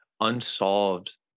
unsolved